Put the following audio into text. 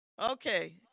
Okay